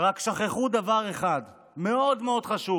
ורק שכחו דבר אחד מאוד מאוד חשוב,